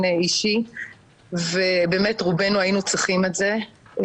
אישי ובאמת רובנו היינו צריכים את זה.